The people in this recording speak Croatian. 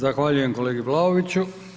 Zahvaljujem kolegi Vlaoviću.